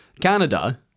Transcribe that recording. Canada